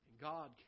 God